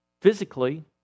physically